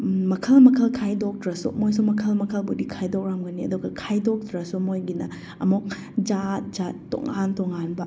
ꯃꯈꯜ ꯃꯈꯜ ꯈꯥꯏꯗꯣꯛꯇ꯭ꯔꯁꯨ ꯃꯣꯏꯁꯨ ꯃꯈꯜ ꯃꯈꯜꯕꯨꯗꯤ ꯈꯥꯏꯗꯣꯛꯂꯝꯒꯅꯤ ꯑꯗꯨꯒ ꯈꯥꯏꯗꯣꯛꯇ꯭ꯔꯁꯨ ꯃꯣꯏꯒꯤꯅ ꯑꯃꯨꯛ ꯖꯥꯠ ꯖꯥꯠ ꯇꯣꯉꯥꯟ ꯇꯣꯉꯥꯟꯕ